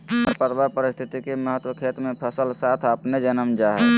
खरपतवार पारिस्थितिक महत्व खेत मे फसल साथ अपने जन्म जा हइ